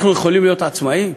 אנחנו יכולים להיות עצמאים?